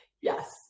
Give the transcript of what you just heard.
Yes